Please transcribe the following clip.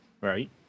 Right